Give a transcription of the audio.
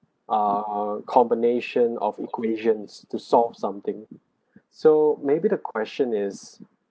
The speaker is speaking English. a a combination of equations to solve something so maybe the question is